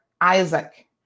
Isaac